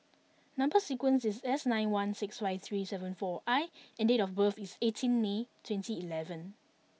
number sequence is S nine one six five three seven four I and date of birth is eighteen May twenty eleven